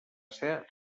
ser